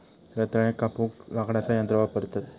रताळ्याक कापूक लाकडाचा यंत्र वापरतत